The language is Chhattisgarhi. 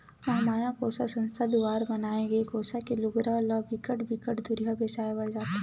महमाया कोसा संस्था दुवारा बनाए गे कोसा के लुगरा ह बिकट बिकट दुरिहा बेचाय बर जाथे